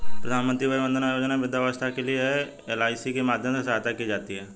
प्रधानमंत्री वय वंदना योजना वृद्धावस्था के लिए है, एल.आई.सी के माध्यम से सहायता की जाती है